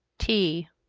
tea.